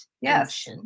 Yes